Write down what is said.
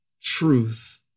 truth